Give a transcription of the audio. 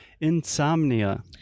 Insomnia